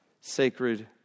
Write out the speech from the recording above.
sacred